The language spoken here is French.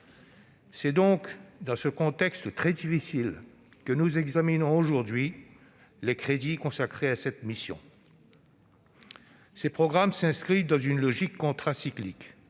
C'est dans ce contexte très difficile que nous examinons les crédits consacrés à cette mission. Ses programmes s'inscrivent dans une logique contracyclique